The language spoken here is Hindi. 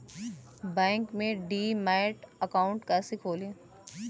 बैंक में डीमैट अकाउंट कैसे खोलें?